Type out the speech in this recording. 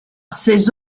ses